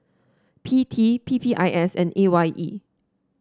P T P P I S and A Y E